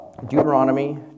Deuteronomy